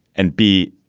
and b,